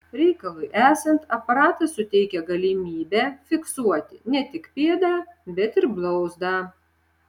reikalui esant aparatas suteikia galimybę fiksuoti ne tik pėdą bet ir blauzdą